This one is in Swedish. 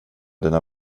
dina